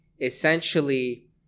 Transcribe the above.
essentially